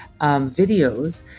videos